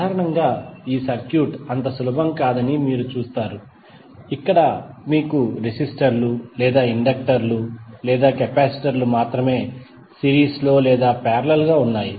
సాధారణంగా ఈ సర్క్యూట్ అంత సులభం కాదని మీరు చూసారు ఇక్కడ మీకు రెసిస్టర్లు లేదా ఇండక్టర్లు లేదా కెపాసిటర్లు మాత్రమే సిరీస్ లో లేదా పారలెల్ గా ఉన్నాయి